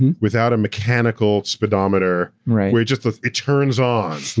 and without a mechanical speedometer, where it just, it turns on.